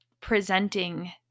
presenting